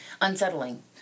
Unsettling